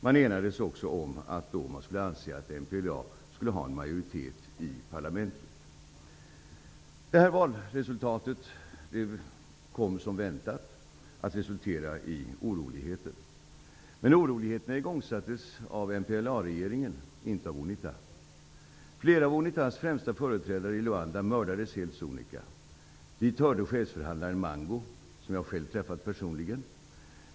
Man enades också om att MPLA då skulle ha majoritet i parlamentet. Valresultatet kom som väntat att resultera i oroligheter. Men oroligheterna igångsattes av MPLA-regeringen, inte av Unita. Flera av Unitas främsta företrädare i Luanda mördades helt sonika. Dit hörde chefsförhandlaren Mango, som jag själv träffade personligen.